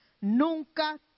nunca